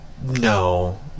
No